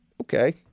Okay